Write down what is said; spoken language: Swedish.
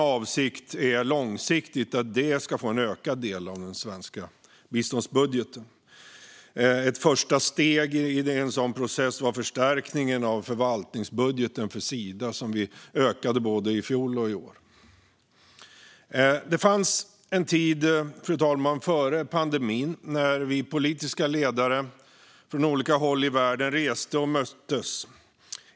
Min avsikt är att detta långsiktigt ska få en ökad del av den svenska biståndsbudgeten. Ett första steg i en sådan process var förstärkningen av förvaltningsbudgeten för Sida, som vi ökade både i fjol och i år. Det fanns en tid före pandemin, fru talman, när vi politiska ledare från olika håll i världen reste och möttes.